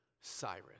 Cyrus